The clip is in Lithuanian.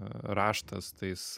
raštas tais